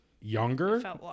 younger